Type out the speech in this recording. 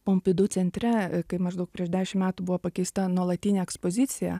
pompidu centre kai maždaug prieš dešim metų buvo pakeista nuolatinė ekspozicija